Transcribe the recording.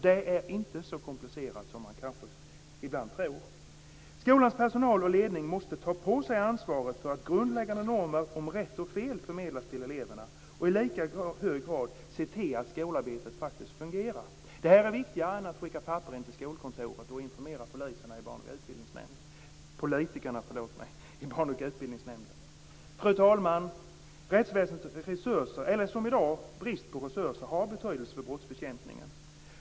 Det är inte så komplicerat som man kanske ibland tror. Skolans personal och ledning måste ta på sig ansvaret för att grundläggande normer om rätt och fel förmedlas till eleverna och i lika hög grad se till att skolarbetet faktiskt fungerar. Detta är viktigare än att skicka papper till skolkontoret och informera politikerna i barn och utbildningsnämnden. Fru talman! Rättsväsendets resurser, eller som i dag brist på resurser, har betydelse för brottsbekämpningen.